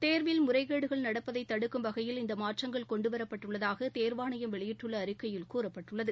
தேர்வில் முறைகேடுகள் நடப்பதை தடுக்கும் வகையில் இந்த மாற்றங்கள் கொண்டுவரப்பட்டுள்ளதாக தேர்வாணையம் வெளியிட்டுள்ள அறிக்கையில் கூறப்பட்டுள்ளது